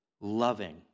loving